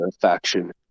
faction